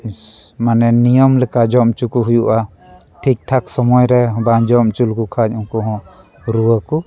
ᱢᱟᱱᱮ ᱱᱤᱭᱚᱢ ᱞᱮᱠᱟ ᱡᱚᱢ ᱚᱪᱚ ᱠᱚ ᱦᱩᱭᱩᱜᱼᱟ ᱴᱷᱤᱠ ᱴᱷᱟᱠ ᱥᱚᱢᱚᱭ ᱨᱮ ᱵᱟᱝ ᱡᱚᱢ ᱚᱪᱚ ᱞᱮᱠᱚ ᱠᱷᱟᱱ ᱩᱱᱠᱩ ᱦᱚᱸ ᱨᱩᱣᱟᱹ ᱠᱚ